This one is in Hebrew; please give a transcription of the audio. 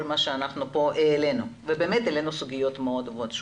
מה שהעלינו פה והיו אלה סוגיות מאוד טובות ושונות.